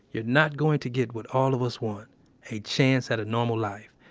you're not going to get what all of us want a chance at a normal life.